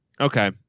Okay